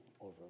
over